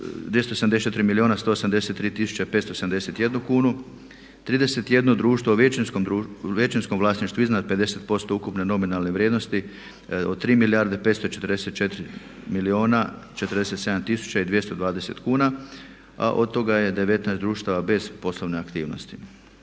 274 milijuna 183 tisuće 571 kunu. 31 društvo u većinskom vlasništvu iznad 50% ukupne nominalne vrijednosti od 3 milijarde i 544 milijuna 47 tisuća i 220 kuna. Od toga je 19 društava bez poslovne aktivnosti.